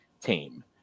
team